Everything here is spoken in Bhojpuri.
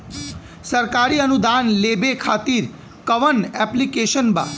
सरकारी अनुदान लेबे खातिर कवन ऐप्लिकेशन बा?